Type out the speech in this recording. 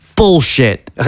Bullshit